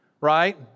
Right